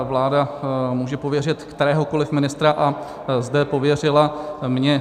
Vláda může pověřit kteréhokoli ministra a zde pověřila mne.